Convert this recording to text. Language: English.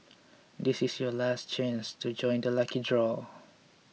this is your last chance to join the lucky draw